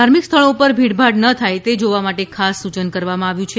ધાર્મિક સ્થળો ઉપર ભીડભાડ ન થાય તે જોવા ખાસ સૂચન કરવામાં આવ્યું છે